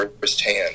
firsthand